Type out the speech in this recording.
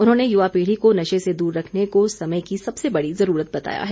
उन्होंने युवा पीढ़ी को नशे से दूर रखने को समय की सबसे बड़ी जुरूरत बताया है